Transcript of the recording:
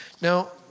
Now